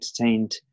entertained